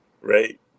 right